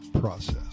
process